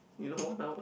you know now